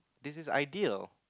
this is ideal